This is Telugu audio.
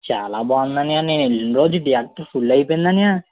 చాలా బాగుంది అన్నయ్య నేను వెళ్లిన రోజు థియేటర్ ఫుల్ అయ్యింది అన్నయ్య